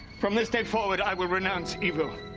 from this day forward i will renounce evil,